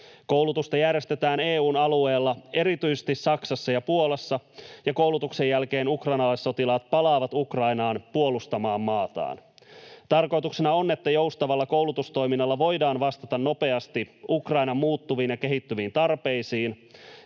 Koulutusta järjestetään EU:n alueella, erityisesti Saksassa ja Puolassa, ja koulutuksen jälkeen ukrainalaissotilaat palaavat Ukrainaan puolustamaan maataan. Tarkoituksena on, että joustavalla koulutustoiminnalla voidaan vastata nopeasti Ukrainan muuttuviin ja kehittyviin tarpeisiin.